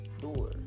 door